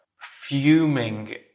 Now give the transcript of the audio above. fuming